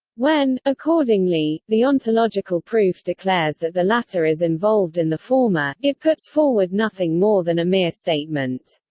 when, accordingly, the ontological proof declares that the latter is involved in the former, it puts forward nothing more than a mere statement.